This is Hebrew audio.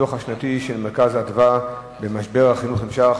הדוח השנתי של "מרכז אדוה": משבר החינוך נמשך,